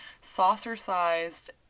saucer-sized